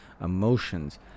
emotions